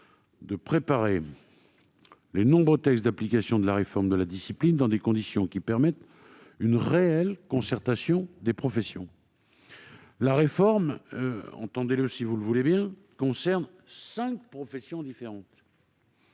préparer les nombreux textes d'application de la réforme de la discipline dans des conditions permettant une réelle concertation des professions. La réforme concerne cinq professions différentes,